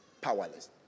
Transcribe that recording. powerless